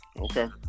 okay